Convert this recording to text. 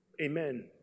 Amen